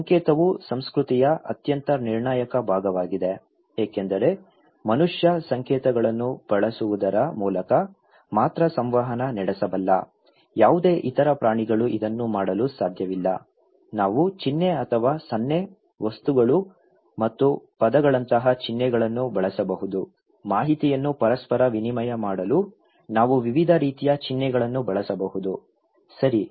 ಸಂಕೇತವು ಸಂಸ್ಕೃತಿಯ ಅತ್ಯಂತ ನಿರ್ಣಾಯಕ ಭಾಗವಾಗಿದೆ ಏಕೆಂದರೆ ಮನುಷ್ಯ ಸಂಕೇತಗಳನ್ನು ಬಳಸುವುದರ ಮೂಲಕ ಮಾತ್ರ ಸಂವಹನ ನಡೆಸಬಲ್ಲ ಯಾವುದೇ ಇತರ ಪ್ರಾಣಿಗಳು ಇದನ್ನು ಮಾಡಲು ಸಾಧ್ಯವಿಲ್ಲ ನಾವು ಚಿಹ್ನೆ ಅಥವಾ ಸನ್ನೆ ವಸ್ತುಗಳು ಮತ್ತು ಪದಗಳಂತಹ ಚಿಹ್ನೆಗಳನ್ನು ಬಳಸಬಹುದು ಮಾಹಿತಿಯನ್ನು ಪರಸ್ಪರ ವಿನಿಮಯ ಮಾಡಲು ನಾವು ವಿವಿಧ ರೀತಿಯ ಚಿಹ್ನೆಗಳನ್ನು ಬಳಸಬಹುದು ಸರಿ